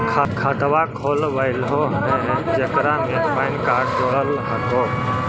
खातवा खोलवैलहो हे जेकरा मे पैन कार्ड जोड़ल हको?